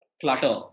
clutter